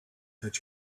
that